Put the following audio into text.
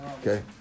Okay